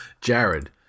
Jared